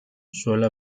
suele